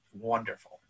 Wonderful